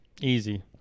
easy